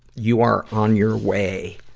you are on your way